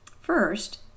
First